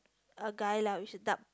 a guy lah with dark